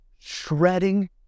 Shredding